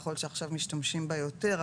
יכול להיות שעכשיו משתמשים בה יותר,